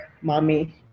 mommy